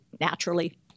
naturally